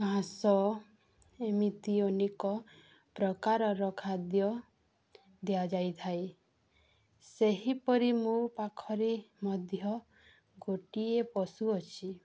ଘାସ ଏମିତି ଅନେକ ପ୍ରକାରର ଖାଦ୍ୟ ଦିଆଯାଇଥାଏ ସେହିପରି ମୋ ପାଖରେ ମଧ୍ୟ ଗୋଟିଏ ପଶୁ ଅଛି